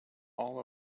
all